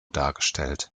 dargestellt